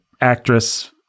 actress